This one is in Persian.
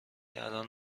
الان